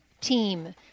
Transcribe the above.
Team